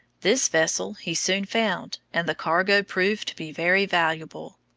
this vessel he soon found, and the cargo proved to be very valuable.